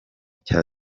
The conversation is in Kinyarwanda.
cya